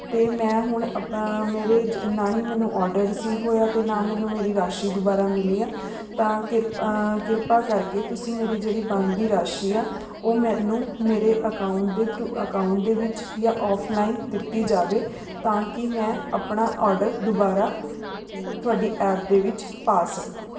ਅਤੇ ਮੈਂ ਹੁਣ ਆਪ ਮੇਰੇ ਜ ਨਾ ਹੀ ਮੈਨੂੰ ਔਡਰ ਰਿਸ਼ੀਵ ਹੋਇਆ ਅਤੇ ਨਾ ਮੈਨੂੰ ਮੇਰੀ ਰਾਸ਼ੀ ਦੁਬਾਰਾ ਮਿਲੀ ਆ ਤਾਂ ਕਿਰ ਕਿਰਪਾ ਕਰਕੇ ਤੁਸੀਂ ਮੇਰੀ ਜਿਹੜੀ ਬਣਦੀ ਰਾਸ਼ੀ ਆ ਉਹ ਮੈਨੂੰ ਮੇਰੇ ਅਕਾਉਂਟ ਦੇ ਥਰੂਅ ਅਕਾਉਂਟ ਦੇ ਵਿੱਚ ਜਾਂ ਔਫਲਾਈਨ ਦਿੱਤੀ ਜਾਵੇ ਤਾਂ ਕਿ ਮੈਂ ਆਪਣਾ ਔਡਰ ਦੁਬਾਰਾ ਤੁਹਾਡੀ ਐਪ ਦੇ ਵਿੱਚ ਪਾ ਸਕਾਂ